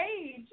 age